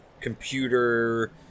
computer